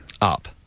Up